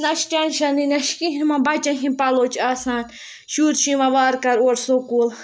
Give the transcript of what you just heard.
نہ چھِ ٹٮ۪نشَنٕے نہ چھِ کِہیٖنۍ یِمَن بَچَن ہِنٛدۍ پَلو چھِ آسان شُرۍ چھِ یِوان وارٕ کارٕ اورٕ سکوٗل